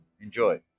Enjoy